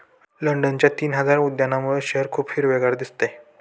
लंडनच्या तीन हजार उद्यानांमुळे शहर खूप हिरवेगार दिसते